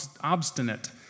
Obstinate